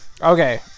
Okay